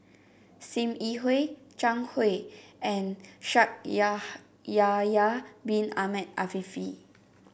Sim Yi Hui Zhang Hui and Shaikh Yahya Bin Ahmed Afifi